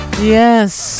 Yes